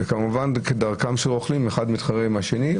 וכמובן כדרכם של רוכלים, אחד מתחרה עם השני.